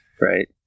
Right